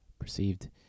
perceived